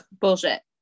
bullshit